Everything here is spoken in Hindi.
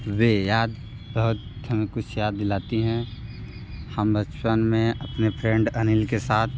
वे याद बहुत हमें कुछ याद दिलाती हैं हम बचपन में अपने फ्रेंड अनिल के साथ